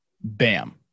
Bam